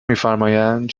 میفرمایند